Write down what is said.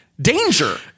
danger